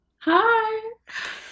Hi